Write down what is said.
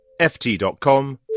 ft.com